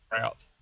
out